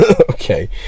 Okay